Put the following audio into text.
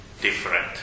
different